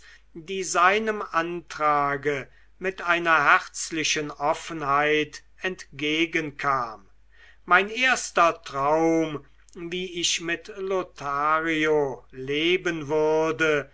die seinem antrage mit einer herzlichen offenheit entgegenkam mein erster traum wie ich mit lothario leben würde